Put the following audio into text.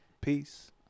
Peace